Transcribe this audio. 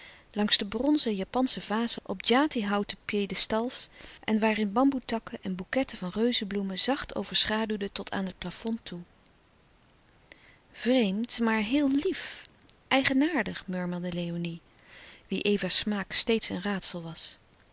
langs de bronzen japansche vazen op djati houten piedestals en waarin bamboetakken en boeketten van reuzebloemen zacht overschaduwden tot aan het plafond toe vreemd maar heel lief eigenaardig murmelde léonie wie eva's smaak steeds een raadsel was